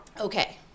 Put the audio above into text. Okay